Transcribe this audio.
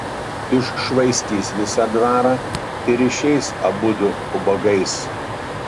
iššvaistys visą dvarą ir išeis abudu ubagais